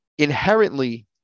Inherently